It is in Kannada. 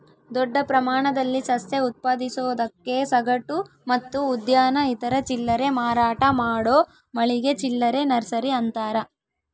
ದೊಡ್ಡ ಪ್ರಮಾಣದಲ್ಲಿ ಸಸ್ಯ ಉತ್ಪಾದಿಸೋದಕ್ಕೆ ಸಗಟು ಮತ್ತು ಉದ್ಯಾನ ಇತರೆ ಚಿಲ್ಲರೆ ಮಾರಾಟ ಮಾಡೋ ಮಳಿಗೆ ಚಿಲ್ಲರೆ ನರ್ಸರಿ ಅಂತಾರ